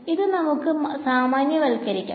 ഇത് നമുക്ക് സാമാന്യവൽക്കരിക്കാം